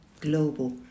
global